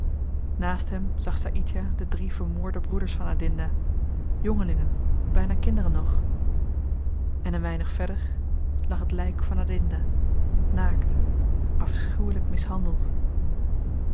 naast hem zag saïdjah de drie vermoorde broeders van adinda jongelingen byna kinderen nog en een weinig verder lag het lyk van adinda naakt afschuwelyk mishandeld